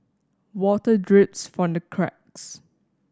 water drips from the cracks